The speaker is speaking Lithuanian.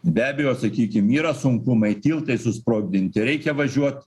be abejo sakykim yra sunkumai tiltai susprogdinti reikia važiuot